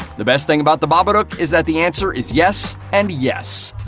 the best thing about the babadook is that the answer is yes and yes.